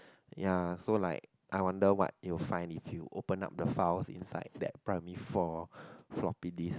ya so like I wonder what you find if you open up the file inside that primary four floppy disc